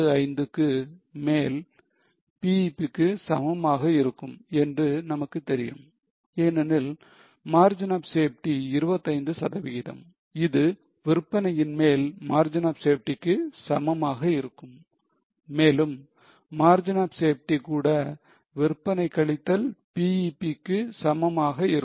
75 க்கு மேல் BEP க்கு சமமாக இருக்கும் என்று நமக்குத் தெரியும் ஏனெனில் margin of safety 25 சதவிகிதம் இது விற்பனையின் மேல் Margin of Safety க்கு சமமாக இருக்கும் மேலும் Margin of Safety கூட விற்பனை கழித்தல் BEP க்கு சமமாக இருக்கும்